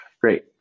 Great